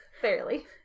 Fairly